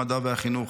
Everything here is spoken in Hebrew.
המדע והחינוך,